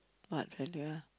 what